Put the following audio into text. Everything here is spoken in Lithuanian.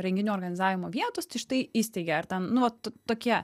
renginių organizavimo vietos tai štai įsteigė ar ten nu vat tokia